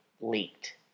leaked